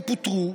הם פוטרו,